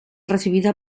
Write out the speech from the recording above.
recibida